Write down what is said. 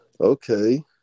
Okay